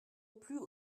plus